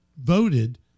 voted